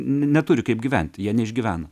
neturi kaip gyventi jie neišgyvena